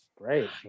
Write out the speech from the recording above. great